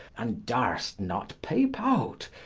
and durst not peepe out,